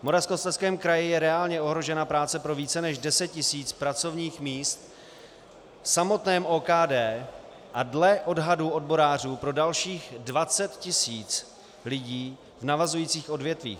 V Moravskoslezském kraji je reálně ohrožena práce pro více než 10 tisíc pracovních míst v samotném OKD a dle odhadu odborářů pro dalších 20 tisíc lidí v navazujících odvětvích.